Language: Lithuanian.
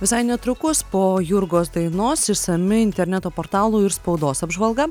visai netrukus po jurgos dainos išsami interneto portalų ir spaudos apžvalga